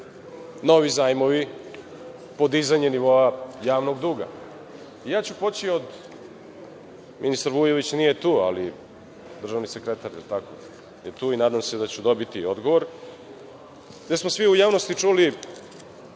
novi zajmovi, podizanje nivoa javnog duga. Ja ću poći od, ministar Vujović nije tu, ali državni sekretar je tu i nadam se da ću dobiti odgovor, da smo svi u javnosti čuli